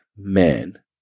man